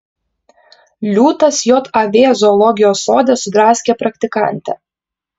liūtas jav zoologijos sode sudraskė praktikantę